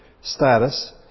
status